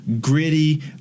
gritty